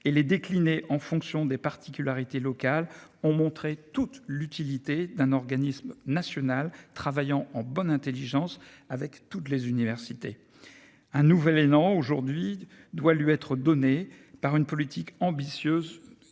et les décliner en fonction des particularités locales ont montré toute l'utilité d'un organisme national travaillant en bonne Intelligence avec toutes les universités. Un nouvel élan aujourd'hui doit lui être donnée par une politique ambitieuse